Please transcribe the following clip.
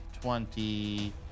twenty